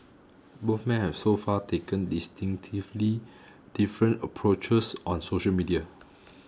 both men have so far taken distinctively different approaches on social media